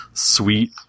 Sweet